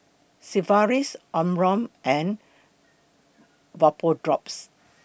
Sigvaris Omron and Vapodrops